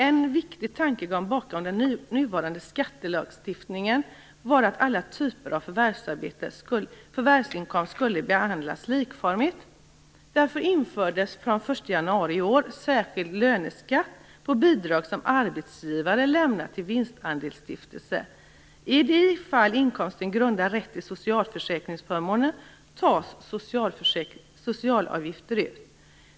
En viktig tankegång bakom den nuvarande skattelagstiftningen var att alla typer av förvärvsinkomst skulle behandlas likformigt. Därför infördes den 1 januari i år särskild löneskatt på bidrag som arbetsgivare lämnar till vinstandelsstiftelse. I de fall inkomsterna grundar rätt till socialförsäkringsförmåner tas socialavgifter ut.